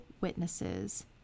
witnesses